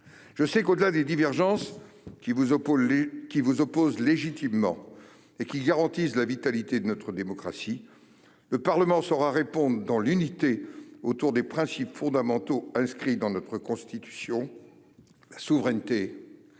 Je sais qu'au-delà des divergences qui vous opposent légitimement et qui garantissent la vitalité de notre démocratie, le Parlement saura répondre dans l'unité autour des principes fondamentaux inscrits dans notre Constitution : la souveraineté, la liberté